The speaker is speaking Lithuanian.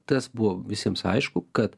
tas buvo visiems aišku kad